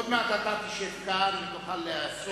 עוד מעט אתה תשב כאן ותוכל לעשות,